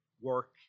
work